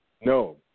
No